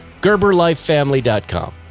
GerberLifeFamily.com